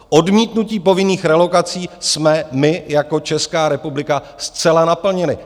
Odmítnutí povinných relokací jsme my jako Česká republika zcela naplnili.